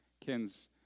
Ken's